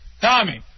Tommy